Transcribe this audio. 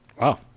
Wow